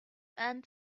end